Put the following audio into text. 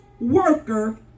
worker